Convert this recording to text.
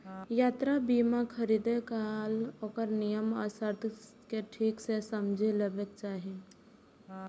यात्रा बीमा खरीदै काल ओकर नियम आ शर्त कें ठीक सं समझि लेबाक चाही